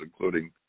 including